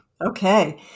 Okay